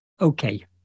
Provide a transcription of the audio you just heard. Okay